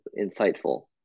insightful